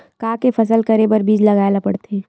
का के फसल करे बर बीज लगाए ला पड़थे?